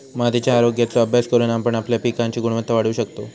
मातीच्या आरोग्याचो अभ्यास करून आपण आपल्या पिकांची गुणवत्ता वाढवू शकतव